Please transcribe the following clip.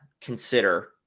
consider